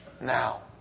now